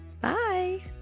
Bye